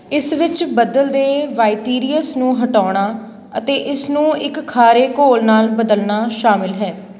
ਇਸ ਵਿੱਚ ਬਦਲਦੇ ਵਾਈਟਰੀਅਸ ਨੂੰ ਹਟਾਉਣਾ ਅਤੇ ਇਸ ਨੂੰ ਇੱਕ ਖਾਰੇ ਘੋਲ ਨਾਲ ਬਦਲਣਾ ਸ਼ਾਮਲ ਹੈ